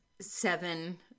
seven